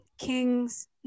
Kings